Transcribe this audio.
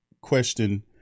question